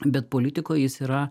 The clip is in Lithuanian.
bet politikoj jis yra